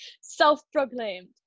Self-proclaimed